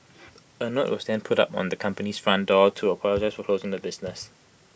A note was then put up on the company's front door to apologise for closing the business